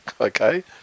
okay